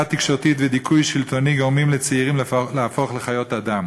תקשורתית ודיכוי שלטוני גורמים לצעירים להפוך לחיות אדם.